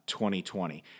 2020